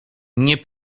nie